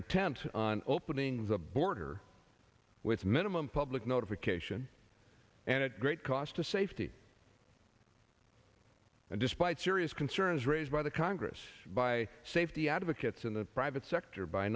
intent on opening the border with minimum public notification and at great cost to safety and despite serious concerns raised by the congress by safety advocates in the private sector by